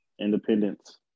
Independence